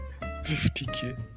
50k